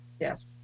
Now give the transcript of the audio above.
Yes